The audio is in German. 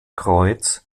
kreuz